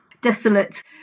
desolate